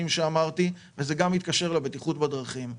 שאמרתי וגם מתקשר לבטיחות בדרכים.